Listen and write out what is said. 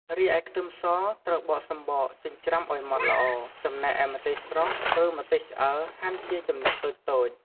រីឯ ខ្ទឹមស ត្រូវបកសំបកចិញ្ច្រាំឲ្យម៉ត់ល្អ ចំណែកឯម្ទេសស្រស់ ឬម្ទេសឆ្អើរហាន់ជាចំណិតតូចៗ។